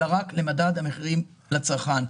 אלא רק למדד המחירים לצרכן.